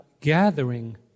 gathering